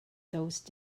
those